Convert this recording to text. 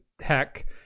heck